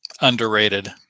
Underrated